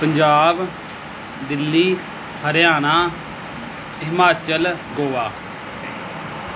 Punjab Delhi Haryana Himachal Goa